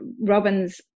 Robin's